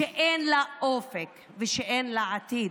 שאין לה אופק ושאין לה עתיד.